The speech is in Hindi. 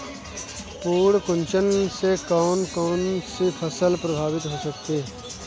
पर्ण कुंचन से कौन कौन सी फसल प्रभावित हो सकती है?